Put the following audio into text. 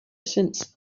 since